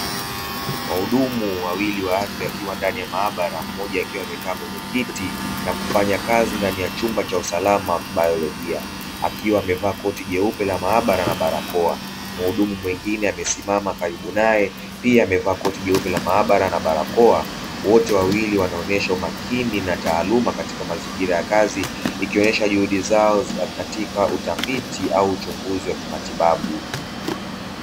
Wahudumu wawili wa afya wakiwa ndani ya maabara mmoja akiwa amekaa kwenye kiti na kufanya kazi ndani ya chumba cha usalama wa kibaiolojia akiwa amevaa koti jeupe la maabara na barakoa, mhudumu mwingine amesimama karibu naye pia amevaa koti jeupe la maabara na barakoa; wote wawili wanaonyesha umakini na taaluma katika mazingira ya kazi ikionyesha juhudi zao katika utafiti au uchunguzi wa kimatibabu.